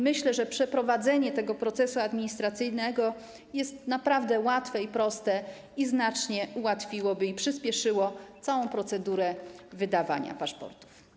Myślę, że przeprowadzenie tego procesu administracyjnego jest naprawdę łatwe i proste i znacznie ułatwiłoby i przyspieszyło całą procedurę wydawania paszportów.